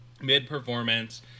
mid-performance